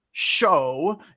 show